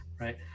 right